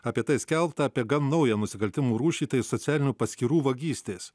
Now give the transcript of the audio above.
apie tai skelbta apie gan naują nusikaltimų rūšį tai socialinių paskyrų vagystės